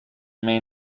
may